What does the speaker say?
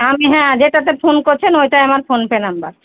আমি হ্যাঁ যেটাতে ফোন করছেন ওইটাই আমার ফোনপে নম্বর